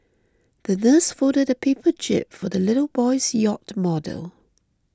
the nurse folded a paper jib for the little boy's yacht model